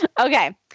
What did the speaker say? Okay